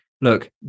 look